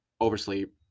oversleep